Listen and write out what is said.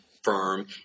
Firm